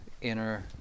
inner